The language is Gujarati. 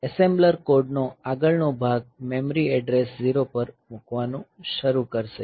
એસેમ્બલર કોડ નો આગળનો ભાગ મેમરી ના એડ્રેસ 0 પર મૂકવાનું શરૂ કરશે